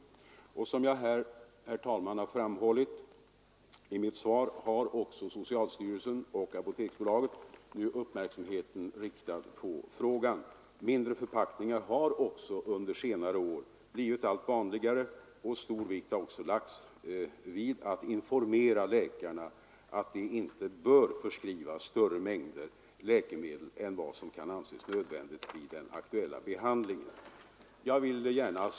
j Torsdagen den Som jag här, herr talman, har framhållit i mitt svar har också 24 januari 1974 socialstyrelsen och Apoteksbolaget nu uppmärksamheten riktad på ————— frågan. Mindre förpackningar har också under senare år blivit allt Om särskild läkarvanligare. Stor vikt har lagts vid att informera läkarna om att de ej bör kontroll ev diabetesförskriva större mängder läkemedel än vad som kan anses nödvändigt vid sjuka gravida den aktuella behandlingen.